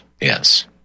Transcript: Yes